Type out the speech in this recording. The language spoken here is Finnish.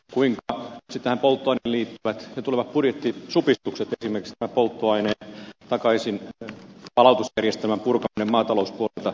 kuinka nyt sitten polttoaineeseen liittyvät tulevat budjettisupistukset esimerkiksi polttoaineen palautusjärjestelmän purkaminen maatalouspuolelta tulevat edelleen kiihdyttämään tätä katteen saamista maatalouteen